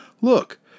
Look